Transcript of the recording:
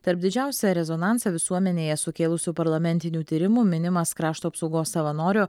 tarp didžiausią rezonansą visuomenėje sukėlusių parlamentinių tyrimų minimas krašto apsaugos savanorio